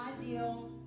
ideal